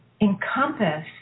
encompass